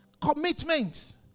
commitments